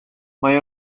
mae